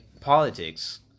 politics